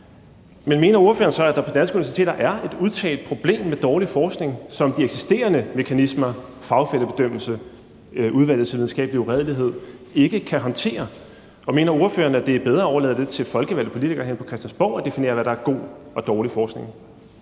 Men mener ordføreren så, at der på danske universiteter er et udtalt problem med dårlig forskning, som de eksisterende mekanismer – fagfællebedømmelse, Nævnet for Videnskabelig Uredelighed – ikke kan håndtere? Og mener ordføreren, at det er bedre at overlade det til folkevalgte politikere herinde på Christiansborg at definere, hvad der er god og dårlig forskning?